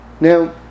Now